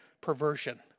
perversion